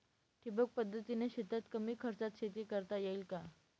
ठिबक पद्धतीने शेतात कमी खर्चात शेती करता येईल का?